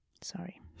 Sorry